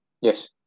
Yes